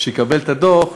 שיקבל את הדוח,